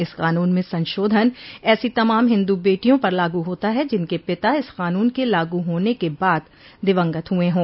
इस कानून में संशोधन ऐसी तमाम हिंदू बेटियों पर लागू होता है जिनके पिता इस कानून के लागू होने के बाद दिवंगत हुए हों